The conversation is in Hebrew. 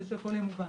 כדי שהכול יהיה מובן.